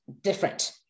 different